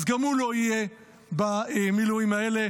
אז גם הוא לא יהיה במילואים האלה.